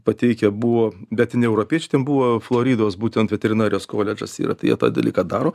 pateikę buvo bet tai ne europiečiai ten buvo floridos būtent veterinarijos koledžas yra tai jie tą dalyką daro